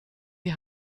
die